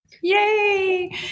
Yay